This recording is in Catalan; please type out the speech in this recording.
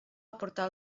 aportar